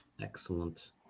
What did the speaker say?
excellent